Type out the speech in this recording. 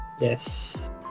yes